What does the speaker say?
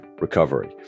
recovery